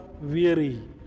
weary